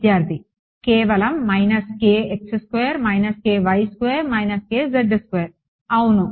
విద్యార్థి కేవలం అవును